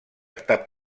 estar